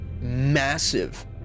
massive